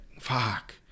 fuck